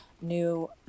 new